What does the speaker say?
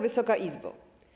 Wysoka Izbo!